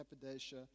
Cappadocia